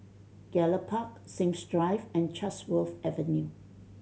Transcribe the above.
Gallop Park Sims Drive and Chatsworth Avenue